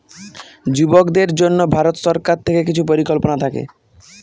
যুবকদের জন্য ভারত সরকার থেকে কিছু পরিকল্পনা থাকে